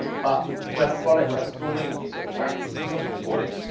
but when a product has so many of these sort of waxy sort of components,